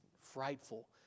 frightful